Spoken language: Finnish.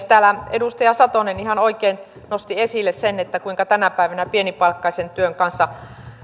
täällä edustaja satonen ihan oikein nosti esille sen kuinka tänä päivänä pienipalkkaisen työn kanssa